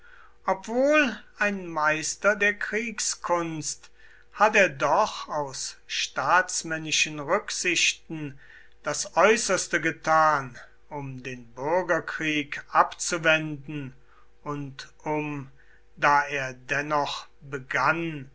obwohl ein meister der kriegskunst hat er doch aus staatsmännischen rücksichten das äußerste getan um den bürgerkrieg abzuwenden und um da er dennoch begann